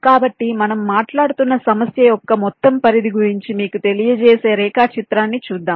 కాబట్టి మనం మాట్లాడుతున్న సమస్య యొక్క మొత్తం పరిధి గురించి మీకు తెలియజేసే రేఖాచిత్రాన్ని చూద్దాం